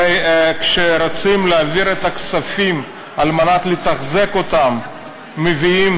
הרי כשרוצים להעביר את הכספים על מנת לתחזק אותם מביאים